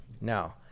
Now